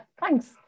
Thanks